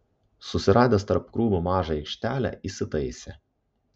susiradęs tarp krūmų mažą aikštelę įsitaisė